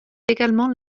également